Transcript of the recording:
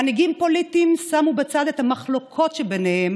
מנהיגים פוליטיים שמו בצד את המחלוקות שביניהם